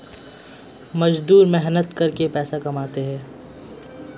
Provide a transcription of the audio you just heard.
मजदूर मेहनत करके पैसा कमाते है